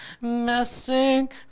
messing